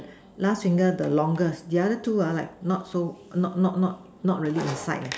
last finger the longest the other two ah like not so not not not not really inside leh